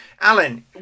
Alan